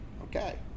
Okay